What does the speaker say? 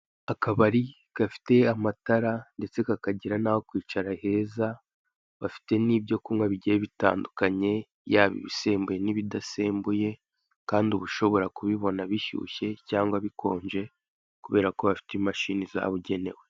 Akabari gafite amatara ndetse kakagira n'aho kwica heza, bafite n'ibyo kunywa bigiye bitandukanye, yaba ibisembuye n'ibidasembuye kandi uba ushobora kubibona bishyushye cyangwa bikonje, kubera ko bafite imashini zabugenewe.